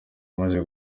maze